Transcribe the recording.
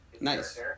Nice